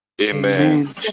amen